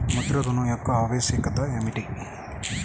ముద్ర ఋణం యొక్క ఆవశ్యకత ఏమిటీ?